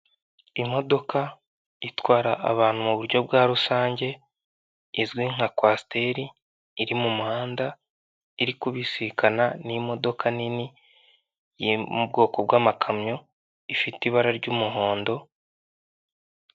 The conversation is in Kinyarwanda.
Imodoka itwara abantu muburyo bwa rusange izwi nka kwasiteri ,iri mu muhanda, iri kubisikana n'imodoka nini yo mu bwoko bw'amakamyo ,ifite ibara ry'umuhondo.